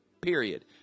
Period